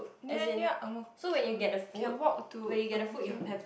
near near Ang Mo Kio can walk to Ang Mo Kio